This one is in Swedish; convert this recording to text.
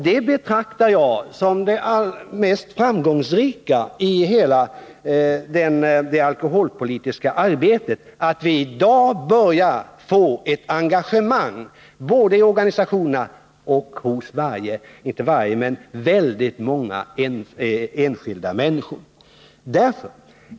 Det betraktar jag som det mest framgångsrika i hela det alkoholpolitiska arbetet — att vi i dag börjar få ett engagemang, både i organsiationerna och hos väldigt många enskilda människor.